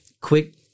Quick